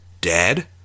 dead